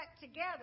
together